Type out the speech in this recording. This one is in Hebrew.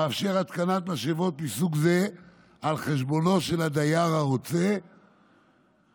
המאפשר התקנת משאבות מסוג זה על חשבונו של הדייר הרוצה בלא